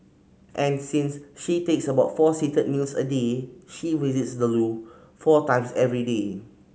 and since she takes about four seated meals a day she visits the loo four times every day